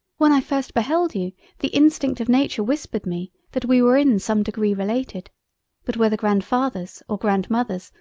when i first beheld you the instinct of nature whispered me that we were in some degree related but whether grandfathers, or grandmothers,